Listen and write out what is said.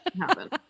happen